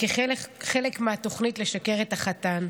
כחלק מהתוכנית לשכר את החתן.